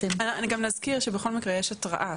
גם נזכיר שבכל מקרה יש התראה.